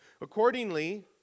Accordingly